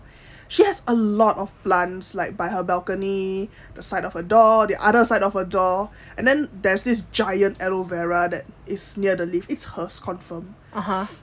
she has a lot of plants like by her balcony the side of her door the other side of a door and then there's this giant aloe vera that is near the lift it's hers confirm